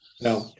No